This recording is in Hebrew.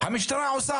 המשטרה עושה,